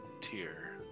tier